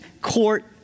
court